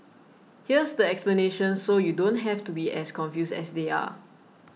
here's the explanation so you don't have to be as confused as they are